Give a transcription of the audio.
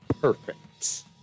perfect